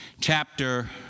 chapter